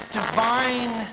divine